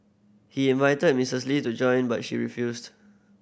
he invited Misses Lee to join but she refused